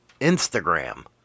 Instagram